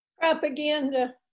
propaganda